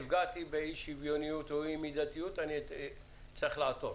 ואם נפגעתי באי-שוויוניות או אי-מידתיות אני צריך לעתור